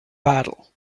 battle